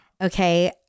okay